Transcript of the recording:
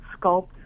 sculpt